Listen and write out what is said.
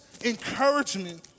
encouragement